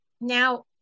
now